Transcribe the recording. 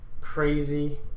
crazy